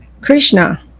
Krishna